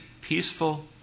peaceful